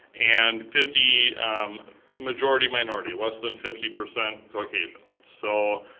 and fifty majority-minority, less than fifty percent caucasian. so,